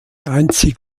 einzig